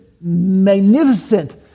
magnificent